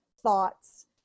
thoughts